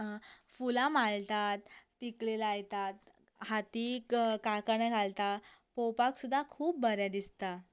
फुलां माळटात तिकली लायतात हातीक कांकण घालता पळोवपाक सुदा खूब बरें दिसता